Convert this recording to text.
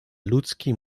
ludzki